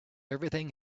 everything